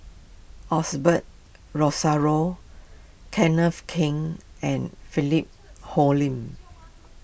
Osbert Rozario Kenneth Keng and Philip Hoalim